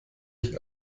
ich